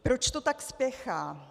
Proč to tak spěchá?